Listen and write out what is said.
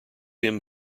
him